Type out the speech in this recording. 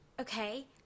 Okay